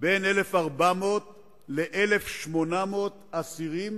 בין 1,400 ל-1,800 אסירים